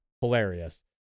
Hilarious